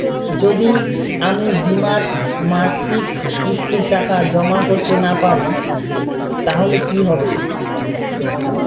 যদি আমি বীমার মাসিক কিস্তির টাকা জমা করতে না পারি তাহলে কি হবে?